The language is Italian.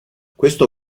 questo